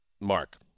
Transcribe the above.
Mark